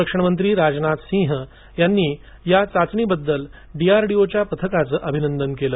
संरक्षण मंत्री राजनाथ सिंग यांनी या चाचणीबद्दल डीआरडीओच्या पथकाचं अभिनंदन केलं